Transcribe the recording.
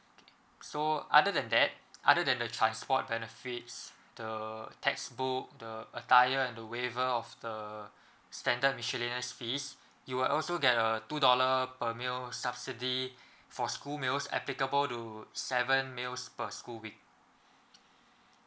so other than that other than the transport benefits the textbook the attire and the waiver of the standard miscellaneous fees you will also get a two dollar per meal subsidy for school meals applicable to seven meals per school week